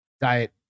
diet